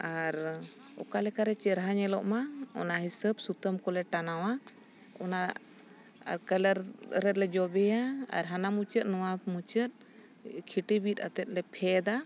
ᱟᱨ ᱚᱠᱟᱞᱮᱠᱟᱨᱮ ᱪᱮᱨᱦᱟ ᱧᱮᱞᱚᱜ ᱢᱟ ᱚᱱᱟ ᱦᱤᱥᱟᱹᱵ ᱥᱩᱛᱟᱹᱢ ᱠᱚᱞᱮ ᱴᱟᱱᱟᱣᱟ ᱚᱱᱟ ᱟᱨ ᱠᱟᱞᱟᱨ ᱨᱮᱞᱮ ᱡᱚᱵᱮᱭᱟ ᱟᱨ ᱦᱟᱱᱟ ᱢᱩᱪᱟᱹᱫ ᱱᱷᱚᱣᱟ ᱢᱩᱪᱟᱹᱫ ᱠᱷᱤᱴᱤ ᱵᱤᱫ ᱟᱛᱮᱫ ᱞᱮ ᱯᱷᱮᱫᱟ